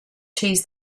cheese